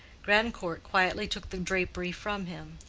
grandcourt quietly took the drapery from him,